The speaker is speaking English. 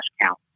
count